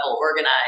organized